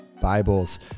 Bibles